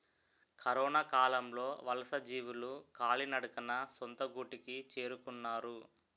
కరొనకాలంలో వలసజీవులు కాలినడకన సొంత గూటికి చేరుకున్నారు